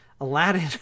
aladdin